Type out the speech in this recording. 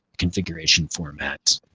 configuration format,